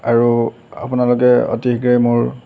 আৰু আপোনালোকে অতি শীঘ্ৰেই মোৰ